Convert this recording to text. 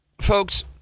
folks